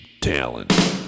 talent